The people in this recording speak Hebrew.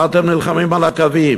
מה אתם נלחמים על הקווים?